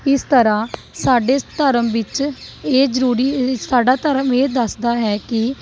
ਇਸ ਤਰ੍ਹਾਂ ਸਾਡੇ ਧਰਮ ਵਿੱਚ ਇਹ ਜ਼ਰੂਰੀ ਸਾਡਾ ਧਰਮ ਇਹ ਦੱਸਦਾ ਹੈ ਕਿ